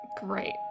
great